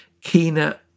keener